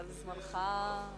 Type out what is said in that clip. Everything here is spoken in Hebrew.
אבל זמנך,